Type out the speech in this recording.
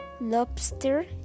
lobster